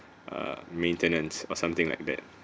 uh maintenance or something like that